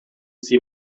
sie